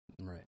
Right